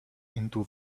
into